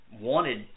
wanted